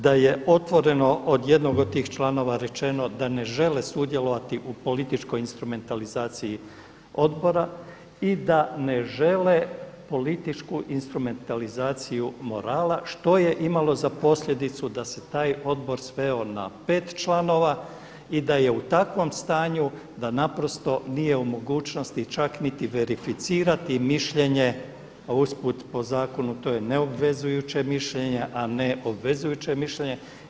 Da je otvoreno od jednog od tih članova rečeno da ne žele sudjelovati u političkoj instrumentalizaciji odbora i da ne žele političku instrumentalizaciju morala što je imalo za posljedicu da se taj odbor sveo na pet članova i da je u takvom stanju da naprosto nije u mogućnosti čak niti verificirati mišljenje, a usput po zakonu to je neobvezujuće mišljenje, a ne obvezujuće mišljenje.